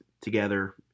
together